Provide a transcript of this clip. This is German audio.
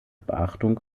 beachtung